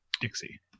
Dixie